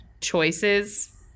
choices